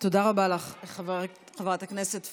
תודה רבה לך, חברת הכנסת פרומן.